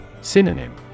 Synonym